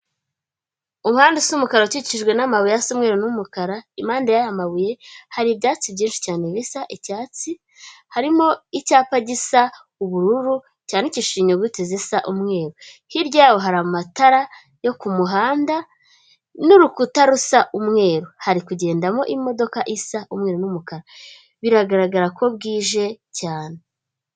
Umuhanda usa umukara akikijwe n'amabuye asa umweru n'umukara, impande y'aya mabuye hari ibyatsi byinshi cyane bisa icyatsi, harimo icyapa gisa ubururu cyandikishije inyuguti zisa umweru. Hirya yaho hari amatara yo ku muhanda, n'urukuta rusa umweru. Hari kugendamo imodoka isa umweru n'umukara, biragaragara ko bwije cyane.